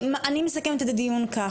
אני מסכמת את הדיון כך,